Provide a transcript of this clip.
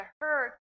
hurt